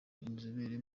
inzobere